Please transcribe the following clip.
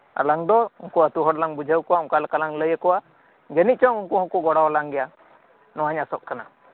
ᱟᱞᱟᱝ ᱫᱚ ᱩᱱᱠᱩ ᱟᱛᱩᱦᱚᱲᱞᱟᱝ ᱵᱩᱡᱷᱟᱹᱣ ᱟᱠᱩᱣᱟ ᱚᱱᱠᱟ ᱞᱮᱠᱟᱞᱟᱝ ᱞᱟᱹᱭ ᱟᱠᱩᱣᱟ ᱡᱟᱹᱱᱤᱡᱪᱚᱝ ᱩᱱᱠᱩ ᱦᱚᱸᱠᱩ ᱜᱚᱲᱚ ᱟᱞᱟᱝ ᱜᱮᱭᱟ ᱱᱚᱣᱟᱧ ᱟᱥᱚᱜ ᱠᱟᱱᱟ